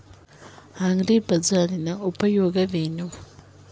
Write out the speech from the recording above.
ಅಗ್ರಿಬಜಾರ್ ನ ಉಪಯೋಗವೇನು?